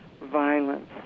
violence